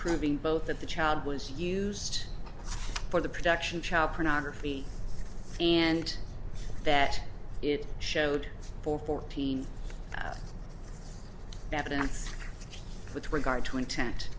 proving both that the child was used for the production child pornography and that it showed for fourteen that and with regard to intent